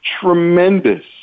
tremendous